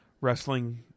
wrestling